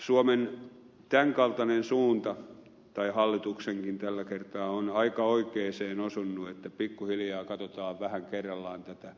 suomen tämän kaltainen suunta tai hallituksenkin tällä kertaa on aika oikeaan osunut että pikkuhiljaa katsotaan vähän kerrallaan tätä